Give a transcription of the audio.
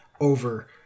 over